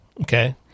Okay